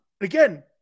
Again